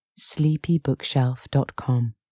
sleepybookshelf.com